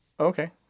okay